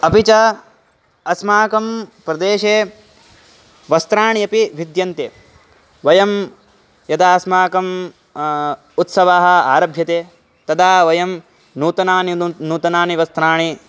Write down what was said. अपि च अस्माकं प्रदेशे वस्त्राणि अपि भिद्यन्ते वयं यदा अस्माकम् उत्सवः आरभ्यते तदा वयं नूतनानि ननु नूतनानि वस्त्राणि